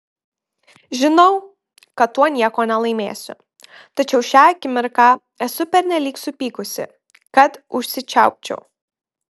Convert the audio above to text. žinau kad tuo nieko nelaimėsiu tačiau šią akimirką esu pernelyg supykusi kad užsičiaupčiau